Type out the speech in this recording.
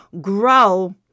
grow